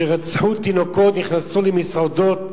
רצחו תינוקות, נכנסו למסעדות,